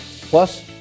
Plus